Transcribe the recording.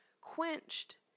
quenched